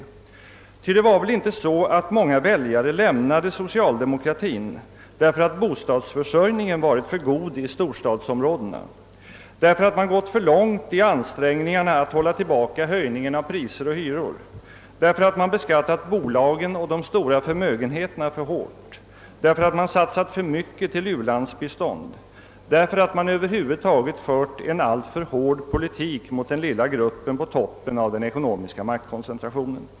Det förhöll sig väl inte så att många väljare lämnade socialdemokratien därför att bostadsförsörjningen varit för god i storstadsområdena, därför att man gått för långt i ansträngningarna att hålla tillbaka höjningen av priser och hyror, därför att man beskattat bolagen och de stora förmögenheterna för hårt, därför att man satsat för mycket på u-landsbistånd, därför att man över huvud taget fört en alltför hård politik mot den lilla gruppen på toppen av den ekonomiska maktkoncentrationen?